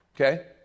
okay